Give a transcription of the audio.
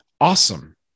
Awesome